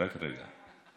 רק רגע.